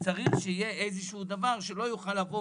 צריך שיהיה איזשהו דבר, שמד"א לא יוכל לבוא,